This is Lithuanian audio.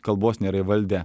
kalbos nėra įvaldę